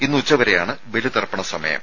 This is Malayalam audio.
ഇന്ന് ഉച്ച വരെയാണ് ബലിതർപ്പണ സമയം